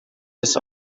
miss